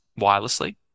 wirelessly